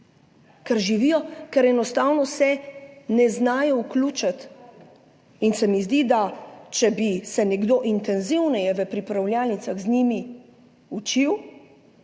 grupirajo, ker se enostavno ne znajo vključiti. Zdi se mi, da bi, če bi se nekdo intenzivneje v pripravljalnicah z njimi učil